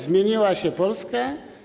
Zmieniła się Polska?